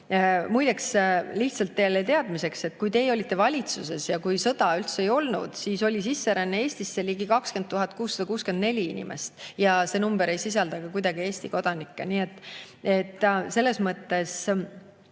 Muide, lihtsalt teile teadmiseks, et kui teie olite valitsuses ja kui sõda üldse ei olnud, siis oli sisseränne Eestisse 20 664 inimest ja see number ei sisalda kuidagi Eesti kodanikke. Nii et selles mõttes